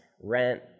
rent